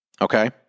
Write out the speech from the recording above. Okay